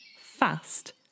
fast